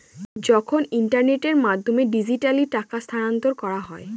যখন ইন্টারনেটের মাধ্যমে ডিজিট্যালি টাকা স্থানান্তর করা হয়